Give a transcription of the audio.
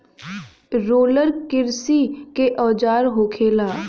roller किरसी के औजार होखेला